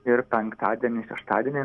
ir penktadienį šeštadienį